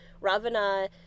Ravana